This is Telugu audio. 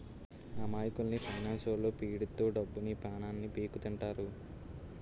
అమాయకుల్ని ఫైనాన్స్లొల్లు పీడిత్తు డబ్బుని, పానాన్ని పీక్కుతింటారు